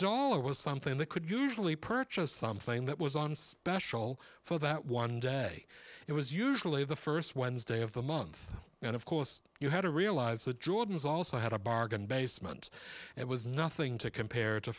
dollar was something that could usually purchase something that was on special for that one day it was usually the first wednesday of the month and of course you had to realize that jordan's also had a bargain basement it was nothing to compare